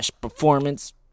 performance